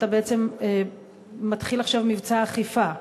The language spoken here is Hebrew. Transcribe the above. אתה בעצם מתחיל עכשיו מבצע אכיפה.